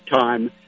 time